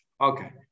Okay